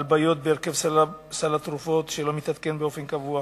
בעיות בהרכב סל התרופות שלא מתעדכן באופן קבוע,